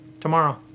tomorrow